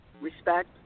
respect